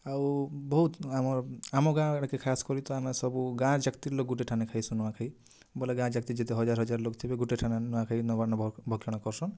ଆଉ ବହୁତ ଆମର ଆମ ଗାଁ ଆଡ଼କେ ଖାସ କରି ତ ଆମେ ସବୁ ଗାଁ ଯାକ୍ତି ର ଲୋକ ଗୁଟେ ଠାନେ ଖାଇସୁ ନୂଆଖାଇ ବୋଲେ ଗାଁ ଯାକ୍ତି ଯେତେ ହଜାର ହଜାର ଲୋକ ଥିବେ ଗୁଟେ ଠାନେ ଆମେ ନୂଆଖାଇ ଭକ୍ଷଣ କରସୁଁ